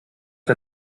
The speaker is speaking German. der